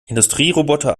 industrieroboter